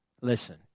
Listen